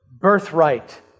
birthright